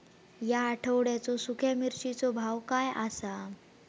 या आठवड्याचो सुख्या मिर्चीचो भाव काय आसा?